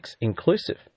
inclusive